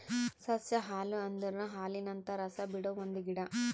ಸಸ್ಯ ಹಾಲು ಅಂದುರ್ ಹಾಲಿನಂತ ರಸ ಬಿಡೊ ಒಂದ್ ಗಿಡ